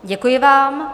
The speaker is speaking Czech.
Děkuji vám.